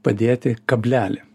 padėti kablelį